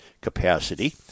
capacity